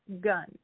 gun